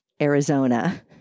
Arizona